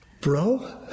bro